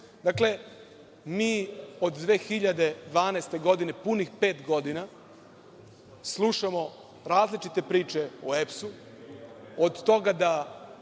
govori. Dakle, mi od 2012. godine, punih pet godina, slušamo različite priče o EPS-u, od toga da